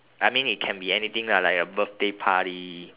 I mean it can be anything lah like a birthday party